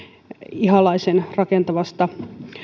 ihalaisen rakentavasta